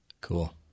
Cool